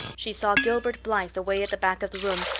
she saw gilbert blythe away at the back of the room,